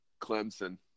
Clemson